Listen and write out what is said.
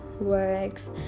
works